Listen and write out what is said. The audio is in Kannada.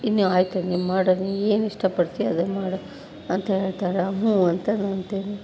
ಇನ್ನೂ ಆಯಿತು ನೀ ಮಾಡು ನೀ ಏನು ಇಷ್ಟಪಡ್ತೀಯ ಅದನ್ನು ಮಾಡು ಅಂತ ಹೇಳ್ತಾರೆ ಹ್ಞೂ ಅಂತ ನಾ ಅಂತೀನಿ